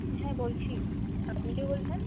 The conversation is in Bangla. হ্যাঁ বলছি আপনি কে বলছেন